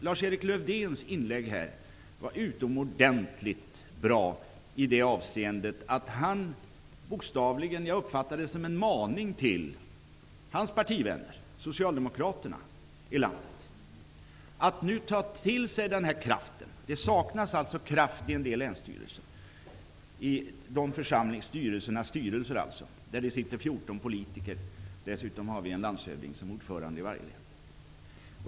Lars-Erik Lövdéns inlägg var utomordentligt bra i det avseendet att han bokstavligen riktade en maning till sina partivänner i landet, socialdemokraterna, att nu ta till sig denna kraft. Så uppfattade jag det. Det saknas alltså kraft i en del länsstyrelsers styrelser. Där sitter 14 politiker, och dessutom en landshövding som ordförande.